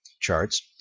charts